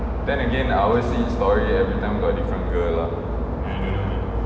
then again I always see his story every time got different girl lah